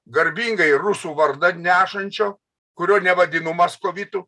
garbingai rusų vardą nešančio kurio nevadinu maskovitu